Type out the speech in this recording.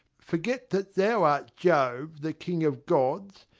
forget that thou art jove, the king of gods,